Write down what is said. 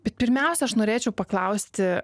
bet pirmiausia aš norėčiau paklausti